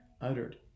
uttered